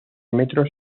metros